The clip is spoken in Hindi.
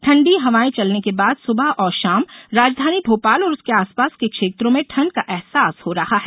ठंडी हवाएं चलने के बाद सुबह और शाम राजधानी भोपाल और उसके आसपास के क्षेत्रों में ठंड का अहसास हो रहा है